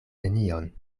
nenion